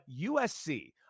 USC